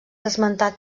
esmentat